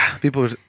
people